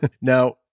Now